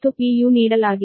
u ನೀಡಲಾಗಿದೆ